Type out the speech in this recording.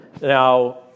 Now